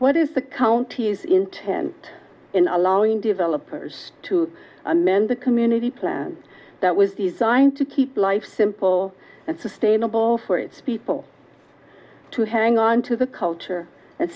what is the county's intent in allowing developers to amend the community plan that was designed to keep life simple and sustainable for its people to hang on to the culture and